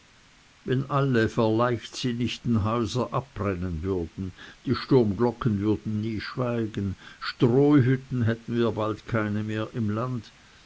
wenn alle verleichtsinnigten häuser abbrennen würden die sturmglocken würden nie schweigen strohhütten hätten wir bald keine mehr im lande